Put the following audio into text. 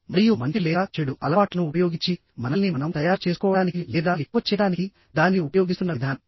మరియు మంచి లేదా చెడు అలవాట్లను ఉపయోగించి మనల్ని మనం తయారు చేసుకోవడానికి లేదా ఎక్కువ చేయడానికి దానిని ఉపయోగిస్తున్న విధానం